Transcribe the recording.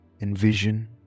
Envision